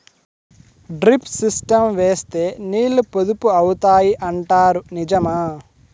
Drip system వేస్తే నీళ్లు పొదుపు అవుతాయి అంటారు నిజమా?